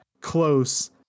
close